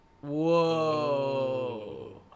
Whoa